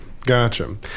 Gotcha